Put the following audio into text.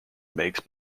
makes